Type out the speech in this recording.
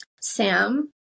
Sam